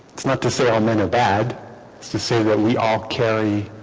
it's not to say all men are bad it's to say that we all carry